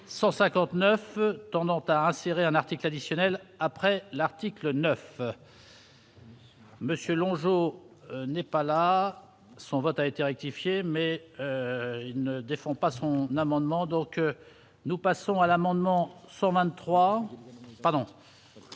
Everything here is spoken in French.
159 tournant à rassurer un article additionnel après l'article 9. Monsieur Longeau n'est pas là son vote a été rectifiée mais il ne défend pas son amendement donc nous passons à l'amendement.